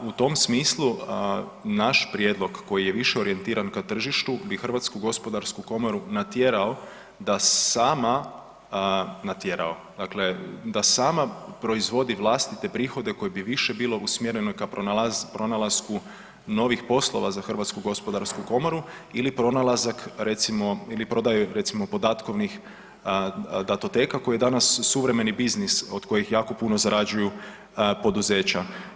U tom smislu naš prijedlog koji je više orijentiran ka tržištu bi Hrvatsku gospodarsku komoru natjerao da sama, natjerao dakle da sama proizvodi vlastite prihode koje bi bilo više usmjereno ka pronalasku novih poslova za Hrvatsku gospodarsku komoru ili pronalazak recimo ili prodaju recimo podatkovnih datoteka koje danas suvremeni biznis od kojih jako puno zarađuju poduzeća.